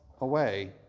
away